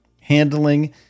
handling